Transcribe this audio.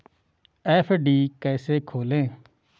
FD कैसे खोलें?